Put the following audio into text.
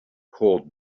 called